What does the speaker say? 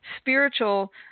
spiritual